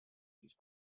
these